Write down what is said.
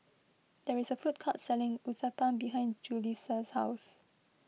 there is a food court selling Uthapam behind Julisa's house